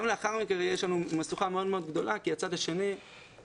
גם לאחר מכן יש לנו משוכה מאוד מאוד גדולה כי הצד השני לא